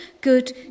good